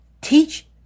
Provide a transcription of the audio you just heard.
teach